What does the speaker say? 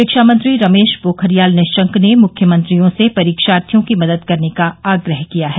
शिक्षामंत्री रमेश पोखरियाल निशंक ने मुख्यमंत्रियों से परीक्षार्थियों की मदद करने का आग्रह किया है